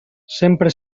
sempre